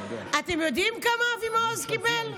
אתם יודעים כמה אבי מעוז קיבל?